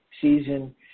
season